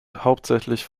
hauptsächlich